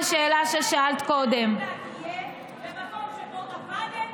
לפני הבחירות, בבחירות, אחרי הבחירות,